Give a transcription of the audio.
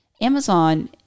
Amazon